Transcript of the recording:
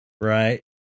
Right